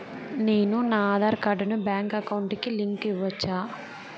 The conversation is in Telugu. నేను నా ఆధార్ కార్డును బ్యాంకు అకౌంట్ కి లింకు ఇవ్వొచ్చా?